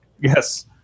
Yes